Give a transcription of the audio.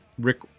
Rick